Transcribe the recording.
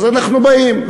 אז אנחנו באים,